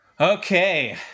Okay